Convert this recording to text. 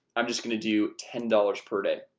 i'm just gonna do ten dollars per day